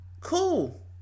Cool